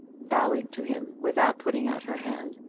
bowing to him without putting out her hand,